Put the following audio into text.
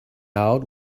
out